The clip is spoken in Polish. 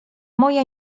moja